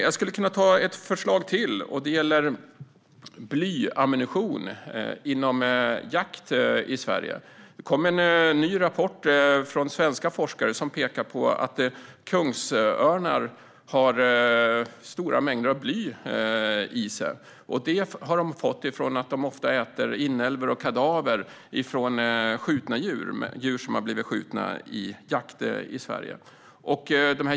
Jag skulle kunna ta ett förslag till, och det gäller blyammunition inom jakt i Sverige. Det kom en ny rapport från svenska forskare som pekar på att kungsörnar har stora mängder av bly i sig, och det har de fått genom att de ofta äter inälvor och kadaver, djur som har blivit skjutna vid jakt i Sverige.